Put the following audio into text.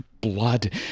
blood